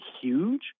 huge